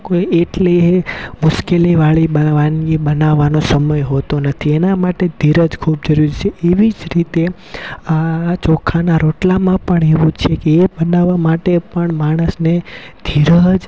કોઈ એટલી મુશ્કેલી વાળી વાનગી બનાવાનો સમય હોતો નથી એના માટે ધીરજ ખૂબ જરૂરી છે એવીજ રીતે ચોખાના રોટલામાં પણ એવું છેકે એ બનાવવા માટે પણ માણસને ધીરજ